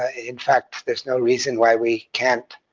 ah in fact, there's no reason why we can't